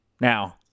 Now